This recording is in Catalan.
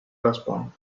respon